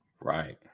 Right